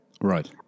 Right